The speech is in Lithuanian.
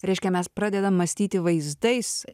reiškia mes pradedam mąstyti vaizdais